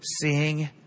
seeing